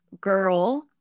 girl